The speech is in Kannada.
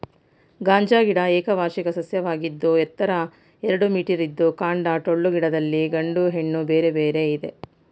ಗಾಂಜಾ ಗಿಡ ಏಕವಾರ್ಷಿಕ ಸಸ್ಯವಾಗಿದ್ದು ಎತ್ತರ ಎರಡು ಮೀಟರಿದ್ದು ಕಾಂಡ ಟೊಳ್ಳು ಗಿಡದಲ್ಲಿ ಗಂಡು ಹೆಣ್ಣು ಬೇರೆ ಬೇರೆ ಇದೆ